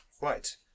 Right